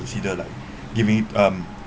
like giving it um